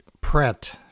print